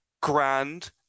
grand